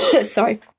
Sorry